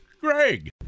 greg